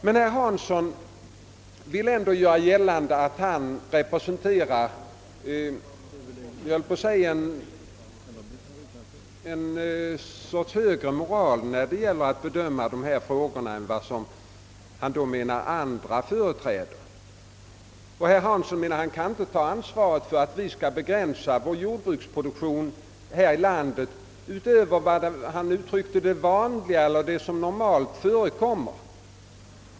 Herr Hansson i Skegrie vill göra gällande att han representerar nära nog en sorts högre moral när det gäller att bedöma dessa frågor än den som andre företräder. Han anser sig inte kunna ta ansvaret för att vi här i landet skall begränsa vår jordbruksproduktion utöver — som han uttrycker det — vad som normalt förekommer.